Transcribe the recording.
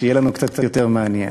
שיהיה לנו קצת יותר מעניין,